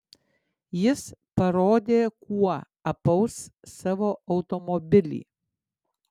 jis parodė kuo apaus savo automobilį